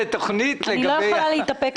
אני לא יכולה להתאפק,